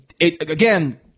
Again